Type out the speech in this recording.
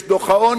יש דוח העוני,